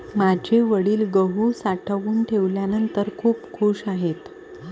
माझे वडील गहू साठवून ठेवल्यानंतर खूप खूश आहेत